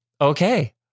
Okay